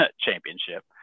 championship